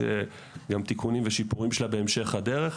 יהיו גם תיקונים ושיפורים שלה בהמשך הדרך.